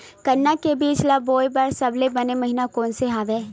गन्ना के बीज ल बोय बर सबले बने महिना कोन से हवय?